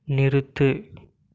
நிறுத்து